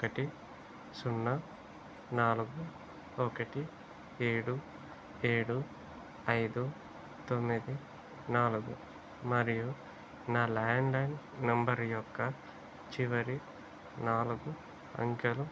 ఒకటి సున్నా నాలుగు ఒకటి ఏడు ఏడు ఐదు తొమ్మిది నాలుగు మరియు నా ల్యాండ్లైన్ నంబర్ యొక్క చివరి నాలుగు అంకెలు